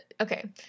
Okay